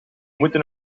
moeten